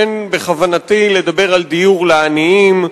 אין בכוונתי לדבר על דיור לעניים,